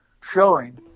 showing